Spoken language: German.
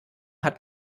hat